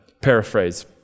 paraphrase